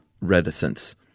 reticence